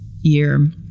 year